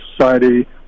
Society